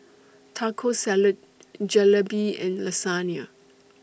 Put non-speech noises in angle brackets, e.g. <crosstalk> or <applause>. Taco Salad <hesitation> Jalebi and Lasagne